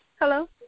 Hello